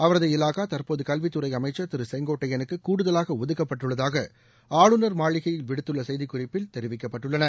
அவரது இலாகா தற்போது கல்வித்துறை அமைச்சர் திரு செங்கோட்டையனுக்கு கூடுதலாக ஒதுக்கப்பட்டுள்ளதாக ஆளுநா மாளிகையில் விடுத்துள்ள செய்திகுறிப்பில் தெரிவிக்கப்பட்டுள்ளன